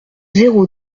zéro